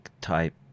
type